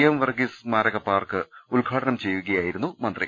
M Varghese സ്മാരക park ഉദ്ഘാടനം ചെയ്യു കയായിരുന്നു മന്ത്രി